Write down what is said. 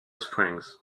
springs